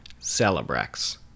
Celebrex